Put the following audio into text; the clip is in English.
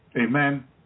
Amen